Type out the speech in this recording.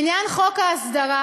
בעניין חוק ההסדרה,